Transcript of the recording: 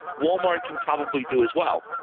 walmart can probably do as well.